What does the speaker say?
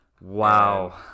wow